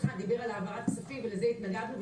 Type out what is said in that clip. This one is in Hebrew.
דיבר על העברת כספים ולזה התנגדנו.